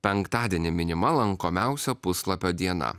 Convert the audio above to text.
penktadienį minima lankomiausio puslapio diena